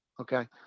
okay